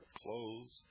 clothes